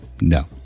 No